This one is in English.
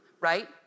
right